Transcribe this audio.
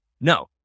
no